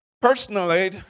Personally